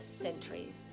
centuries